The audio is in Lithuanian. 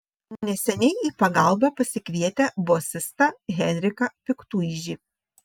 neseniai į pagalbą pasikvietę bosistą henriką piktuižį